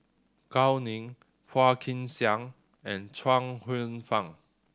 Gao Ning Phua Kin Siang and Chuang Hsueh Fang